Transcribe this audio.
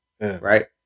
right